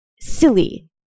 silly